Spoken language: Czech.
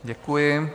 Děkuji.